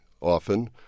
often